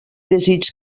desig